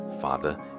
father